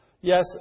Yes